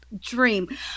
dream